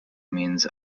means